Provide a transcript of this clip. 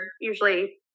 usually